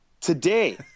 today